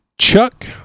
Chuck